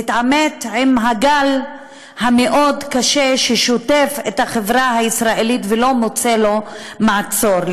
להתעמת עם הגל המאוד-קשה ששוטף את החברה הישראלית ולא מוצא לו מעצור,